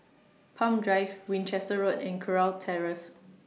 Palm Drive Winchester Road and Kurau Terrace